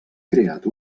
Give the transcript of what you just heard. creat